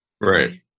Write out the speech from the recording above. Right